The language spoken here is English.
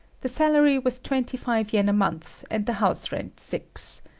the salary was twenty five yen a month, and the house rent six.